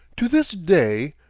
to this day,